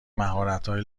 مهراتهای